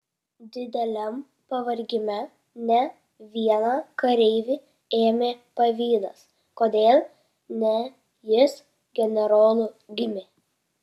dideliam pavargime ne vieną kareivį ėmė pavydas kodėl ne jis generolu gimė